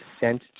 sent